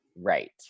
right